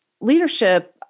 leadership